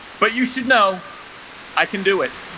but you should know i can do it